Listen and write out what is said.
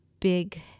big